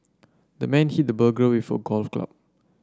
the man hit the burglar with a golf club